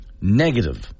negative